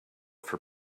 for